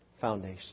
foundation